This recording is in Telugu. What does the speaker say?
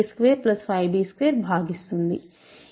అంటే 4 ని a25b2 భాగిస్తుంది